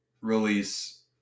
release